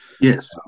Yes